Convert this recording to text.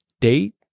date